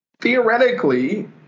theoretically